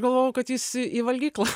galvojau kad jis į valgyklą